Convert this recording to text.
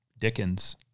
Dickens